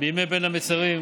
בימי בין המצרים,